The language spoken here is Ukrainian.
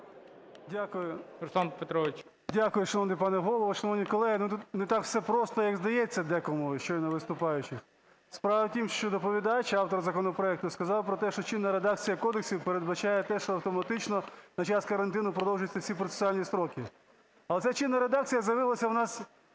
Р.П. Дякую, шановний пане Голово. Шановні колеги, ну, тут не так все просто, як здається декому із щойно виступаючих. Справа в тім, що доповідач - автор законопроекту, сказав про те, що чинна редакція кодексів передбачає те, що автоматично на час карантину продовжуються всі процесуальні строки. Але ця чинна редакція з'явилась у нас